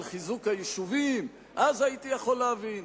על חיזוק היישובים, אז הייתי יכול להבין.